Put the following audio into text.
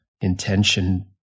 intention